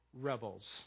rebels